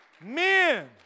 Men